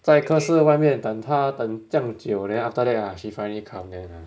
在课室外面等他等这样久 then after that ah she finally come then ah